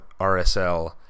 RSL